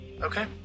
Okay